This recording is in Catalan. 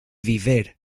viver